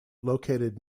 located